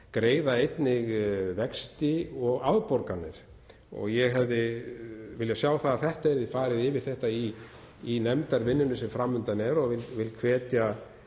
greiða einnig vexti og afborganir. Ég hefði viljað sjá að það yrði farið yfir þetta í nefndarvinnunni sem fram undan er og vil hvetja